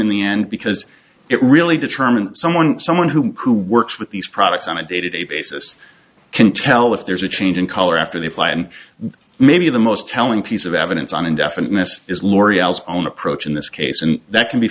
in the end because it really determines someone someone who works with these products on a day to day basis can tell if there's a change in color after they fly and maybe the most telling piece of evidence on indefiniteness is l'oreal's own approach in this case and that can be